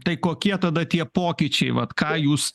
tai kokie tada tie pokyčiai vat ką jūs